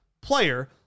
player